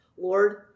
Lord